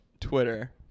Twitter